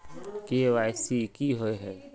KYC की हिये है?